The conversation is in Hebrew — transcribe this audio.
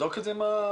תבדוק את זה עם הרשות.